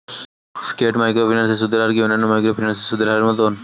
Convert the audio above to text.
স্কেট microfinance এর সুদের হার কি অন্যান্য মাইক্রোফিন্যান্স এর সুদের হারের মতন?